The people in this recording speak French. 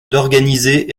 d’organiser